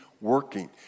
working